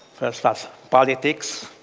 first was politics,